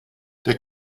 der